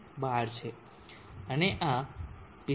12 છે અને આ 45